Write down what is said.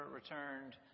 returned